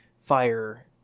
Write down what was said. fire